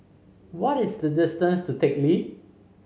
what is the distance to Teck Lee